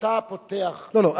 אתה פותח, פותח לא מוגבל בזמן.